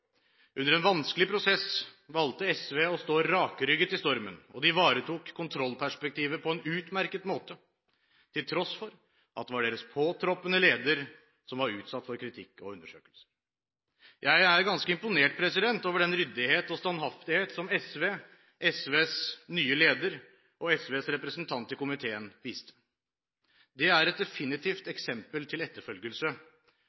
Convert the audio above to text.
Under en vanskelig prosess valgte SV å stå rakrygget i stormen, og de ivaretok kontrollperspektivet på en utmerket måte, til tross for at det var deres påtroppende leder som var utsatt for kritikk og undersøkelser. Jeg er ganske imponert over den ryddighet og standhaftighet som SV, SVs nye leder og SVs representant i komiteen viste. Det er et definitivt